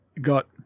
got